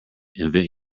invent